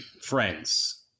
friends